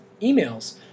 emails